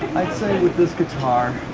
i'd say with this guitar